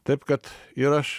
taip kad ir aš